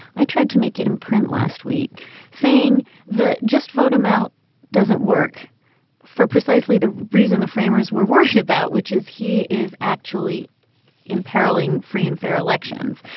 i tried to make it in print last week saying the just vote him out doesn't work for precisely the reason the framers were worried about, which is he is actually imperilling free and fair elections.